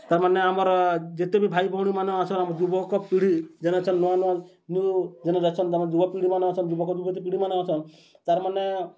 ତା'ର୍ମାନେ ଆମର ଯେତେ ବି ଭାଇ ଭଉଣୀମାନେ ଅଛନ୍ ଆମ ଯୁବକପିଢ଼ି ଯେନ୍ ଅଛନ୍ ନୂଆ ନୂଆ ନ୍ୟୁ ଜେନେରେସନ୍ ଆମର୍ ଯୁବପିଢ଼ିମାନେ ଅଛନ୍ ଯୁବକ ଯୁବତୀ ପିଢ଼ିମାନେ ଅଛନ୍ ତା'ର୍ମାନେ